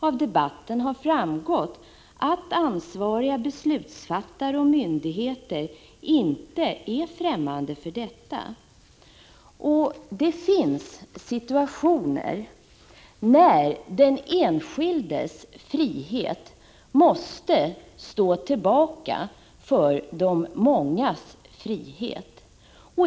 Av debatten har framgått att ansvariga beslutsfattare och myndigheter inte är främmande för den tanken. Det finns situationer när den enskildes frihet måste stå tillbaka för de mångas frihet.